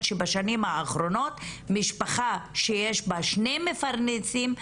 שבשנים האחרונות משפחה שיש בה שני מפרנסים,